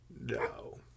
no